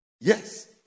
yes